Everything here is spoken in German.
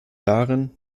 darin